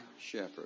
shepherd